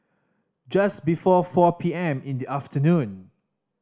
just before four P M in the afternoon